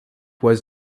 was